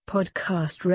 Podcast